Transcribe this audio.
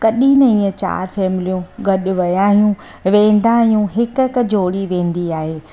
कॾहिं न ईअं चारि फैमिलियूं गॾु विया आहियूं वेंदा आहियूं हिकु हिकु जोड़ी वेंदी आहे